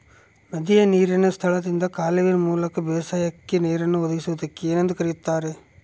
ನದಿಯ ನೇರಿನ ಸ್ಥಳದಿಂದ ಕಾಲುವೆಯ ಮೂಲಕ ಬೇಸಾಯಕ್ಕೆ ನೇರನ್ನು ಒದಗಿಸುವುದಕ್ಕೆ ಏನೆಂದು ಕರೆಯುತ್ತಾರೆ?